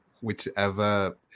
whichever